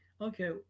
okay